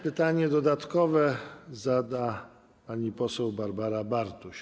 Pytanie dodatkowe zada pani poseł Barbara Bartuś.